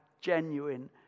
genuine